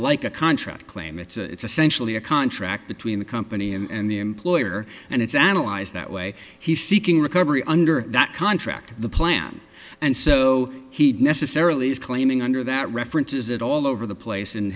like a contract claim it's essentially a contract between the company and the employer and it's analyzed that way he's seeking recovery under that contract the plan and so he'd necessarily is claiming under that references it all over the place in